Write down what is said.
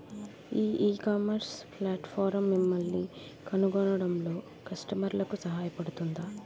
ఈ ecommerce platform మిమ్మల్ని కనుగొనడంలో కస్టమర్లకు సహాయపడుతుందా?